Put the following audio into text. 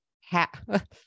hat